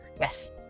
Yes